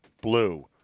blue